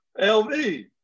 LV